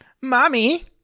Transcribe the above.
Mommy